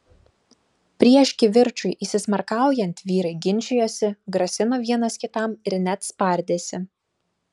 prieš kivirčui įsismarkaujant vyrai ginčijosi grasino vienas kitam ir net spardėsi